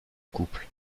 couple